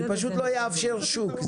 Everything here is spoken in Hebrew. אני פשוט לא אאפשר שוק,